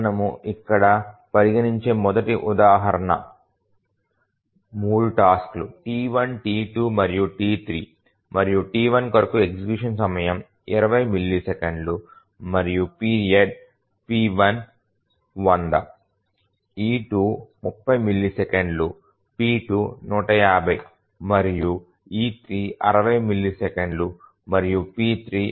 మనము ఇక్కడ పరిగణించే మొదటి ఉదాహరణ 3 టాస్క్ లు T1 T2 మరియు T3 మరియు T1 కొరకు ఎగ్జిక్యూషన్ సమయం 20 మిల్లీసెకన్లు మరియు పీరియడ్ p1100 e230 మిల్లీసెకన్లు p2 150 మరియు e3 60 మిల్లీసెకన్లు మరియు p3 200 మిల్లీసెకన్లు